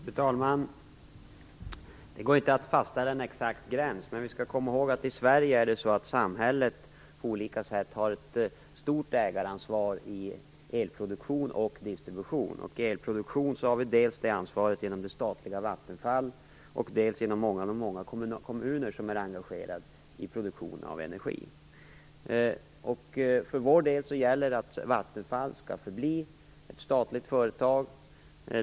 Fru talman! Det går inte att fastställa en exakt gräns. Men vi skall komma ihåg att i Sverige har samhället på olika sätt ett stort ägaransvar i elproduktion och eldistribution. När det gäller elproduktionen har vi det ansvaret dels genom det statliga Vattenfall, dels genom att många kommuner är engagerade i produktion av energi. För vår del gäller att Vattenfall skall förbli ett statligt företag.